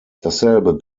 dasselbe